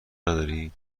نداری